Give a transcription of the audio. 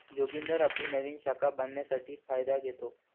जोगिंदर आपली नवीन शाखा बांधण्यासाठी फायदा घेतो